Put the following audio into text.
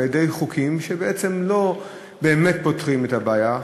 על-ידי חוקים שבעצם לא באמת פותרים את הבעיה,